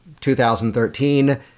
2013